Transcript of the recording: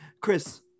Chris